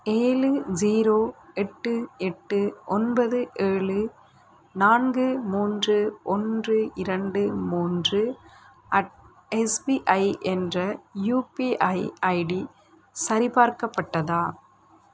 ஏழு ஜீரோ எட்டு எட்டு ஒன்பது ஏழு நான்கு மூன்று ஒன்று இரண்டு மூன்று அட் எஸ்பிஐ என்ற யூபிஐ ஐடி சரிபார்க்கப்பட்டதா